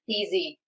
easy